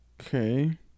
Okay